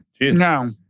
No